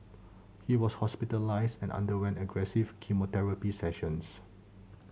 he was hospitalised and underwent aggressive chemotherapy sessions